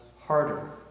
harder